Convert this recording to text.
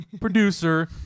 producer